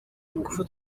ingufu